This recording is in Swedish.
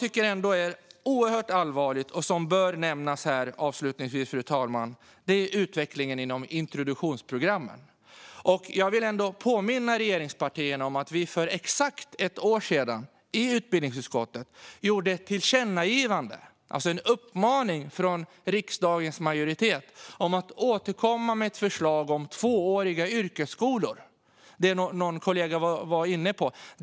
Det som är allvarligt och som bör nämnas avslutningsvis är utvecklingen inom introduktionsprogrammen. Jag vill påminna regeringspartierna om att utbildningsutskottet för exakt ett år sedan kom med ett tillkännagivande till regeringen, alltså en uppmaning från riksdagens majoritet, om att återkomma med ett förslag om tvååriga yrkesskolor. Någon kollega har varit inne på det.